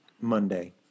Monday